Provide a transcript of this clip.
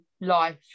life